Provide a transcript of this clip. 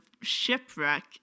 shipwreck